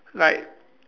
like